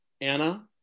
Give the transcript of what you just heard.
Anna